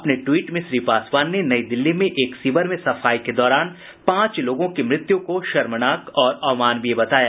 अपने ट्वीट में श्री पासवान ने नई दिल्ली में एक सीवर में सफाई के दौरान पांच लोगों की मृत्यु को शर्मनाक और अमानवीय बताया